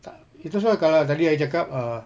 tak itu lah kalau tadi I cakap err